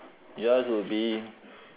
yours will be